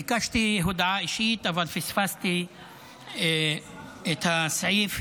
ביקשתי הודעה אישית אבל פספסתי את הסעיף,